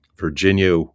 Virginia